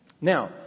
Now